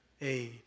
aid